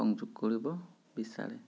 সংযোগ কৰিব বিচাৰে